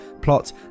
plot